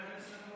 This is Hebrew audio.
חברי הכנסת,